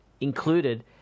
included